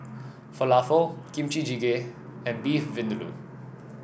Falafel Kimchi Jjigae and Beef Vindaloo